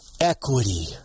equity